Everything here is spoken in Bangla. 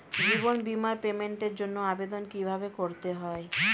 জীবন বীমার পেমেন্টের জন্য আবেদন কিভাবে করতে হয়?